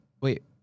Wait